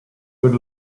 good